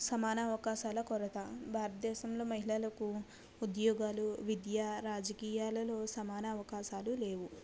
సమాన అవకాశాల కొరత భారతదేశంలో మహిళలకు ఉద్యోగాలు విద్యా రాజకీయాలలో సమాన అవకాశాలు లేవు